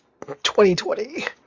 2020